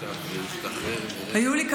היו לי,